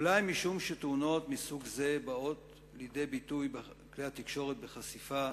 אולי משום שתאונות מסוג זה באות לידי ביטוי בכלי התקשורת בחשיפה